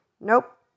nope